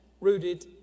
rooted